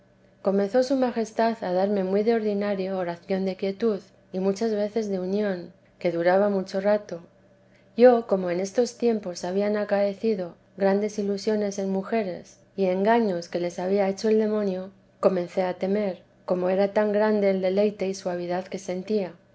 comenzó su majestad a darme muy de ordinario oración de quietud y muchas veces de unión que duraba mucho rato yo como en estos tiempos habían acaecido grandes ilusiones en mujeres y engaños que les había hecho el demonio comencé a temer como era tan grande el deleite y suavidad que sentía